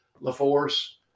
LaForce